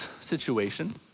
situation